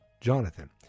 Jonathan